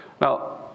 Now